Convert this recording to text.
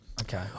Okay